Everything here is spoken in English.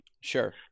Sure